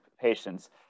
patients